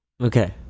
Okay